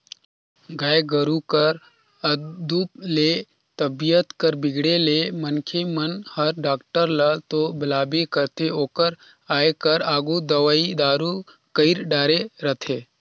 गाय गोरु कर उदुप ले तबीयत कर बिगड़े ले मनखे मन हर डॉक्टर ल तो बलाबे करथे ओकर आये कर आघु दवई दारू कईर डारे रथें